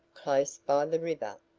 close by the river.